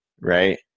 right